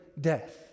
death